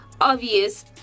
obvious